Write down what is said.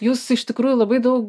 jūs iš tikrųjų labai daug